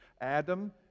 Adam